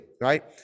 right